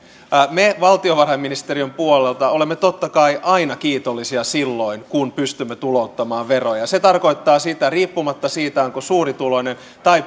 me valtiovarainministeriön puolella olemme totta kai aina kiitollisia silloin kun pystymme tulouttamaan veroja se tarkoittaa sitä riippumatta siitä onko suurituloinen vai